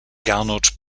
gernot